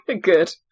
Good